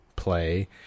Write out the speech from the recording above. play